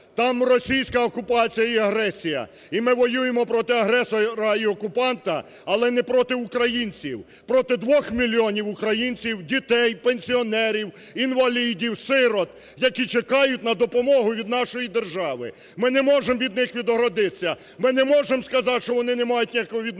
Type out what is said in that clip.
там російська окупація і агресія, і ми воюємо проти агресора і окупанта, але не проти українців, проти двох мільйонів українців, дітей, пенсіонерів, інвалідів, сиріт, які чекають на допомогу від нашої держави. Ми не можемо від них відгородитися, ми не можемо сказати, що вони не мають ніякого відношення